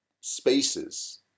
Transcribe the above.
spaces